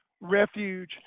refuge